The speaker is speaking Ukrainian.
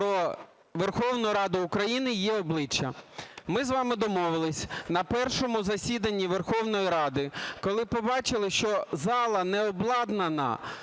Верховну Раду України і її обличчя. Ми з вами домовились на першому засіданні Верховної Ради, коли побачили, що зала не обладнана